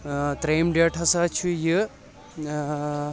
ترٛیٚیِم ڈیٹ ہسا چھُ یہِ